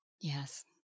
Yes